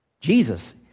Jesus